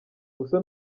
gusa